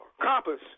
compass